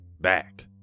back